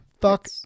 fuck